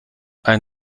ein